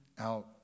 out